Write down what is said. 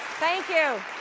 thank you!